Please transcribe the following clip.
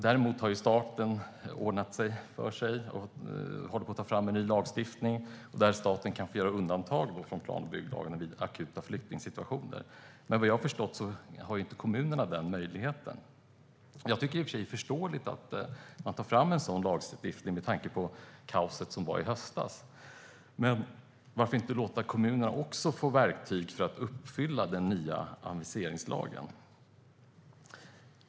Däremot har staten ordnat det för sig och håller på att ta fram en ny lagstiftning där staten vid akuta flyktingsituationer kan få göra undantag från plan och bygglagen. Vad jag har förstått har dock inte kommunerna den möjligheten. Det är i och för sig förståeligt att man tar fram en sådan lagstiftning med tanke på det kaos som var i höstas, men varför inte låta även kommunerna få verktyg för att kunna följa den nya aviseringslagen?